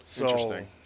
Interesting